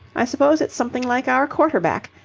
i suppose it's something like our quarter-back.